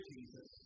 Jesus